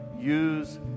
use